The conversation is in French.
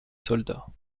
soldats